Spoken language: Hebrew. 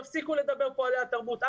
תפסיקו לדבר פועלי התרבות.